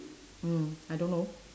mm I don't know